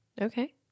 Okay